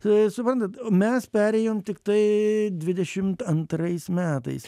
tai suprantat mes perėjom tiktai dvidešimt antrais metais